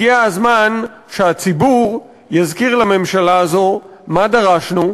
הגיע הזמן שהציבור יזכיר לממשלה הזו מה דרשנו,